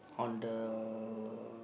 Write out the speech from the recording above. on the